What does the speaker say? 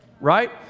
Right